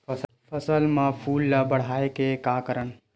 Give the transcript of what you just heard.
फसल म फूल ल बढ़ाय का करन?